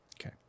Okay